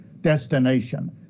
destination